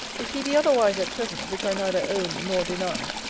if he be otherwise at present, which i neither own, nor deny,